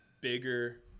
bigger